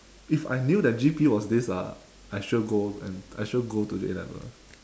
if I knew that G_P was this ah I sure go and I sure go to the A level